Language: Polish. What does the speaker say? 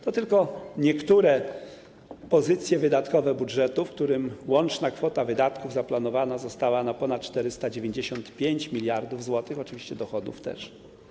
To tylko niektóre pozycje wydatkowe budżetu, w którym łączna kwota wydatków zaplanowana została na ponad 495 mld zł, oczywiście dochodów też.